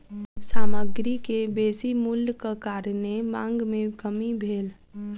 सामग्री के बेसी मूल्यक कारणेँ मांग में कमी भेल